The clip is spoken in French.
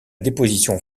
déposition